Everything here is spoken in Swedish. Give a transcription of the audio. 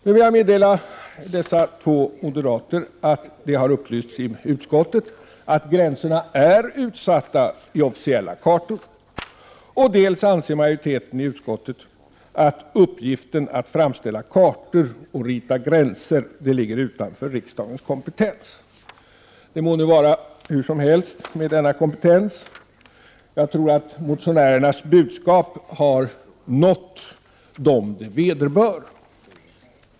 Jag kan meddela dessa två moderater att det har upplysts om i utskottet att gränserna är utsatta i officiella kartor och att majoriteten i utskottet anser att uppgiften att framställa kartor och rita gränser ligger utanför riksdagens kompetens. Det må vara hur som helst med denna kompetens, men jag tror att motionärernas budskap har nått dem det vederbör.